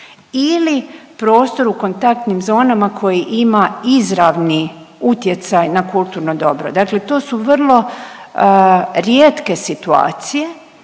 ili prostor u kontaktnim zonama koje ima izravni utjecaj na kulturno dobro. Dakle, to su vrlo rijetke situacije